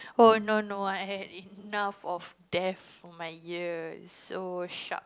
oh no no I had enough of death on my ear so sharp